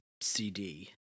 CD